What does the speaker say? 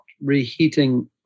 reheating